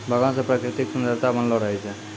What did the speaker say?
बगान से प्रकृतिक सुन्द्ररता बनलो रहै छै